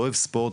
אוהב ספורט,